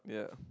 yeah